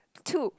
two